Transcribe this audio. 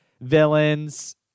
villains